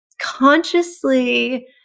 consciously